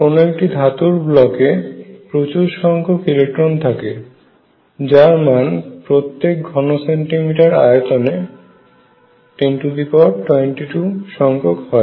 কোন একটি ধাতুর ব্লকে প্রচুর সংখ্যক ইলেকট্রন থাকে যার মান প্রত্যেক ঘন সেন্টিমিটার আয়তনে 1022 সংখ্যক হয়